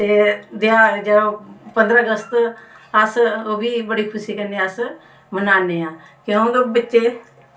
ते तेहार जो पंदरां अगस्त अस ओह् बी बड़ी खुशी कन्नै अस मनान्ने आं क्योंकि बच्चे